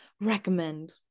recommend